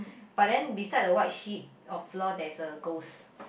but then beside the white sheet of floor there is a ghost